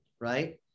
right